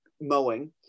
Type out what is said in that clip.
mowing